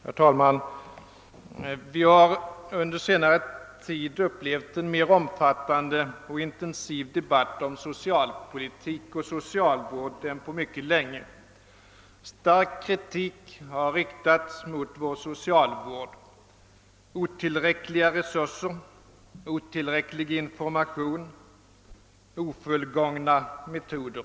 Herr talman! Vi har under senare tid upplevt en mera omfattande och intensiv debatt om socialpolitik och socialvård än på mycket länge. Stark kritik har riktats mot vår socialvård för otillräckliga resurser, otillräcklig information och ofullgångna metoder.